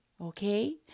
Okay